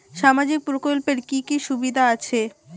সামাজিক প্রকল্পের কি কি সুবিধা আছে?